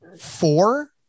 four